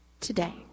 today